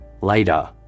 Later